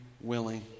willing